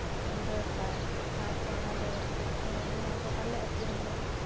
ᱫᱚᱨᱠᱟᱨ ᱟᱨ ᱚᱱᱟ ᱫᱚ ᱚᱱᱟ ᱫᱚ ᱟᱞᱮ ᱟᱹᱛᱩ ᱨᱮᱦᱚᱸ